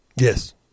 yes